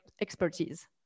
expertise